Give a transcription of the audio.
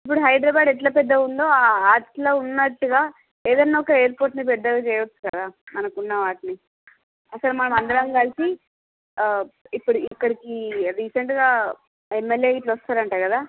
ఇప్పుడు హ్య్దరాబాద్ ఎట్లా పెద్దగా ఉందో అట్లా ఉన్నట్టుగా ఏదైనా ఒక ఎయిర్పోర్ట్ ని పెద్దవి చేయొచ్చు కదా మనకున్నవాటిని అప్పుడు మనమందరం కలిసి ఇప్పుడు ఇక్కడికి రీసెంట్ గా ఎమ్మెల్యే గిట్లా వస్తారంట కదా